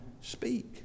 speak